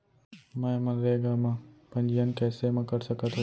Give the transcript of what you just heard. मैं मनरेगा म पंजीयन कैसे म कर सकत हो?